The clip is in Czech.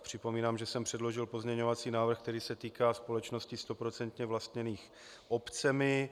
Připomínám, že jsem předložil pozměňovací návrh, který se týká společností stoprocentně vlastněných obcemi.